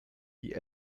die